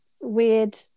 weird